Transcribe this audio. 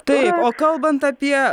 taip o kalbant apie